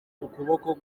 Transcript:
ukuboko